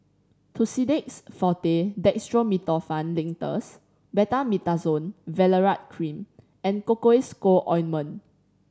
Tussidex Forte Dextromethorphan Linctus Betamethasone Valerate Cream and Cocois Co Ointment